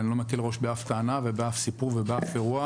ואני לא מקל ראש באף טענה ובאף סיפור ובאף אירוע